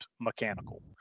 mechanical